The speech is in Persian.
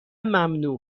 ممنوع